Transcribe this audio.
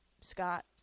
Scott